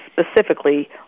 specifically